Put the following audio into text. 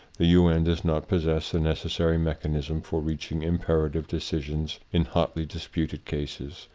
the un does not possess the necessary mechanism for reaching imperative decisions in hotly disputed cases,